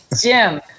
Jim